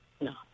No